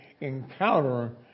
encounter